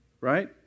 right